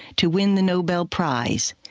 to win the nobel prize,